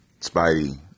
Spidey